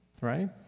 right